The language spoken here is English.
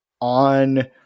on